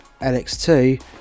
LX2